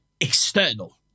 external